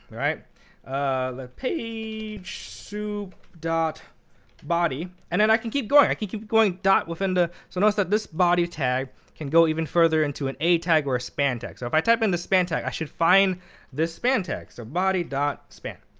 like page soup dot body, and then i can keep going. i can keep going dot within the so notice that this body tag can go even further into an a tag or span tag. so if i type in the span tag, i should find this span tag. or body dot pan.